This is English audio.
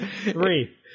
Three